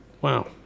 wow